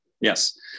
Yes